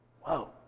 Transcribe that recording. Whoa